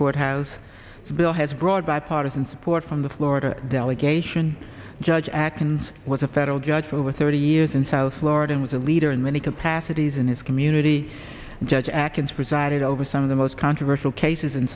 courthouse bill has broad bipartisan support from the florida delegation judge acton's was a federal judge for over thirty years in south florida and was a leader in many capacities in his community judge achatz presided over some of the most controversial cases in